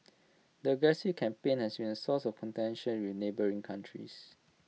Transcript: the aggressive campaign has been A source of contention with neighbouring countries